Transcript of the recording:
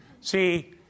See